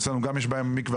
אצלנו גם יש בעיה במקווה,